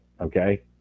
Okay